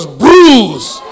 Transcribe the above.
bruised